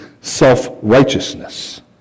self-righteousness